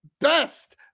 best